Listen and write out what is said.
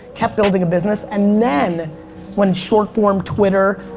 kept building a business, and then when short-form twitter,